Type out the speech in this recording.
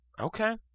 Okay